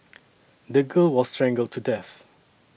the girl was strangled to death